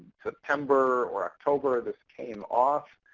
september or october this came off.